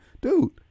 Dude